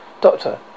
Doctor